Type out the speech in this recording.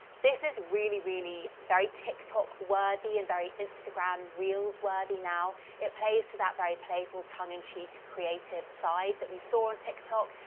this is really, really very tiktok worthy and very instagram reels worthy now. it plays to that very playful tongue-in-cheek creative side that we saw on tiktok,